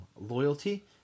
Loyalty